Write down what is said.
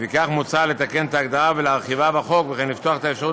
לפיכך מוצע לתקן את ההגדרה ולהרחיבה בחוק וכך לפתוח את האפשרות